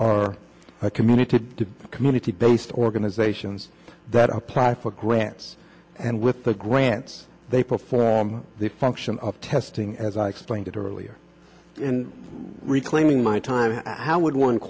are community to community based organizations that apply for grants and with the grants they perform the function of testing as i explained it earlier and reclaiming my time how would one